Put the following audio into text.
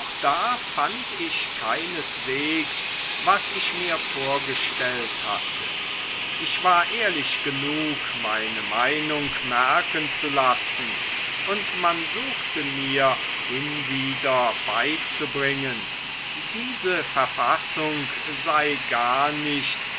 da fand ich keinesweges was ich mir vorgestellt hatte ich war ehrlich genug meine meinung merken zu lassen und man suchte mir hinwieder beizubringen diese verfassung sei gar nichts